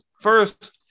first